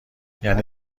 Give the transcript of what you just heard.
یعنی